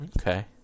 okay